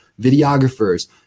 videographers